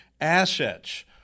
assets